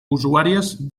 usuàries